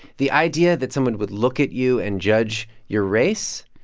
the idea that someone would look at you and judge your race,